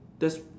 that's